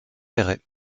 péray